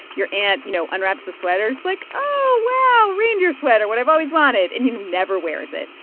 your aunt, you know, unwraps the sweater, is like, oh, wow, reindeer sweater what i've always wanted and you know never wears it.